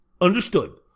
understood